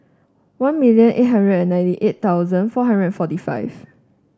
one million eight hundred and ninety eight thousand four hundred and forty five